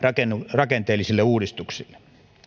rakenteellisille uudistuksille